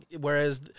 whereas